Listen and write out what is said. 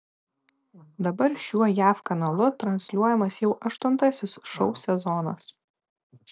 dabar šiuo jav kanalu transliuojamas jau aštuntasis šou sezonas